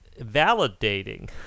validating